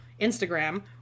instagram